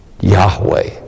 Yahweh